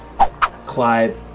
clive